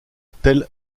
tell